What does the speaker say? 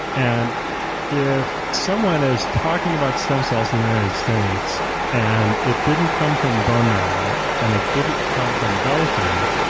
and if someone is talking about stem cells in the united states and it didn't come from bone marrow and it didn't come from belly fat,